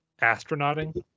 astronauting